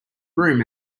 broom